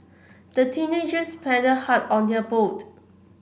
the teenagers paddled hard on their boat